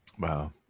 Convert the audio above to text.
Wow